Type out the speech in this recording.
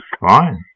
fine